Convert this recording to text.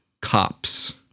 Cops